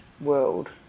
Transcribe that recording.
world